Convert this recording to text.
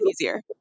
easier